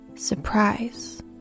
Surprise